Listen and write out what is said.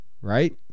right